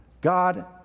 God